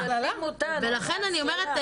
ולכן אני אומרת,